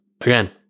Again